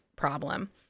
problem